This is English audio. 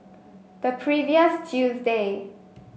the previous Tuesday